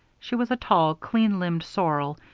she was a tall, clean-limbed sorrel,